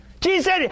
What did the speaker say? Jesus